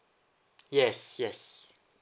yes yes